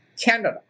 Canada